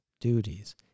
duties